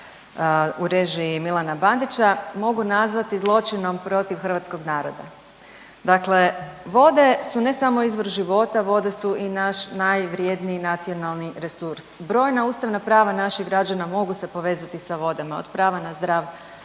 u režiji Milana Bandića mogu nazvati zločinom protiv hrvatskog naroda. Dakle vode su ne samo izvor života, vode su i naš najvrjedniji nacionalni resurs. Brojna ustavna prava naših građana mogu se povezati sa vodama, od prava na zdrav život,